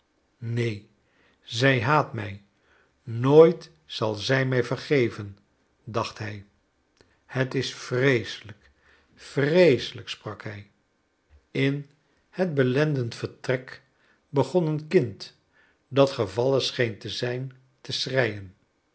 neen zij haat mij nooit zal zij mij vergeven dacht hij het is vreeselijk vreeselijk sprak hij in het belendend vertrek begon een kind dat gevallen scheen te zijn te schreien